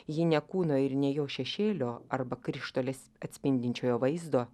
ji ne kūno ir ne jo šešėlio arba krištolės atspindinčiojo vaizdo